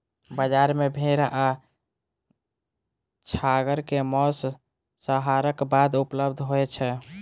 बजार मे भेड़ आ छागर के मौस, संहारक बाद उपलब्ध होय छै